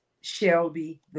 Shelby